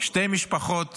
שתי משפחות